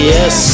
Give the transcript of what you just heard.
Yes